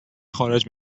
خارج